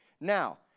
Now